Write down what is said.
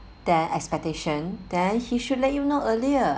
their expectation then he should let you know earlier